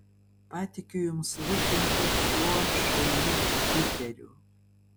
patikiu jums rūpintis šiuo šauniu riteriu